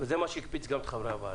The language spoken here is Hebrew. וזה מה שהקפיץ גם את חברי הוועדה,